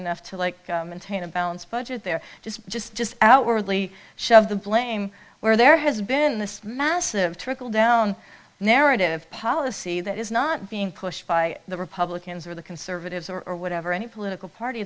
enough to like montagne a balanced budget there just just just outwardly shove the blame where there has been this massive trickle down narrative policy that is not being pushed by the republicans or the conservatives or whatever any political party